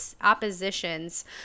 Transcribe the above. oppositions